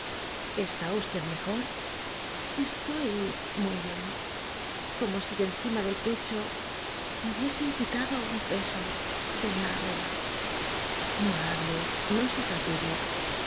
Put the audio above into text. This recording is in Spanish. está usted mejor estoy muy bien como si de encima del pecho me hubiesen quitado un peso de una arroba no hable no se fatigue